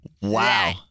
Wow